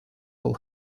all